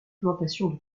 plantations